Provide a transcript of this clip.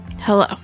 Hello